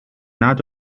nad